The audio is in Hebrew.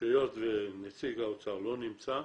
שהיות ונציג האוצר לא נמצא,